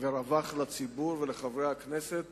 ורווח לציבור ולחברי הכנסת